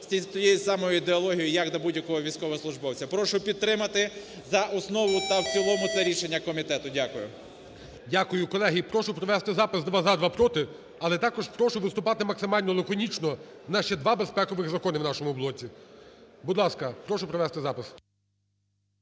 з тією самою ідеологією, як до будь-якого військовослужбовця. Прошу підтримати за основу та в цілому це рішення комітету. Дякую. ГОЛОВУЮЧИЙ. Дякую. Колеги, прошу провести запис: два – за, два – проти. Але також прошу виступати максимально лаконічно. В нас ще два без пекові закони в нашому блоці. Будь ласка, прошу провести запис.